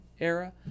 era